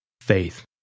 faith